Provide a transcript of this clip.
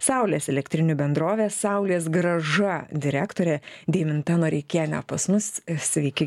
saulės elektrinių bendrovės saulės grąža direktorė deiminta noreikienė pas mus sveiki